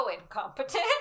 incompetent